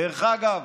דרך אגב,